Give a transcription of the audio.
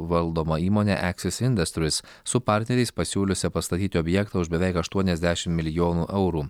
valdoma įmone eksis indastris su partneriais pasiūliusia pastatyti objektą už beveik aštuoniasdešim milijonų eurų